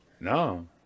No